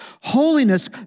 Holiness